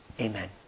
Amen